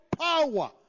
power